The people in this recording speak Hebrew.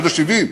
עד ה-70,